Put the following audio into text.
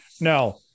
Now